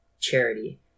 charity